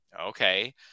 okay